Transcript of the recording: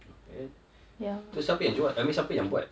not bad so siapa yang jual I mean siapa yang buat